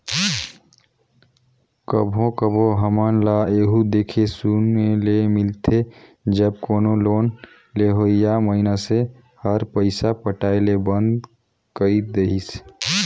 कभों कभों हमन ल एहु देखे सुने ले मिलथे जब कोनो लोन लेहोइया मइनसे हर पइसा पटाए ले बंद कइर देहिस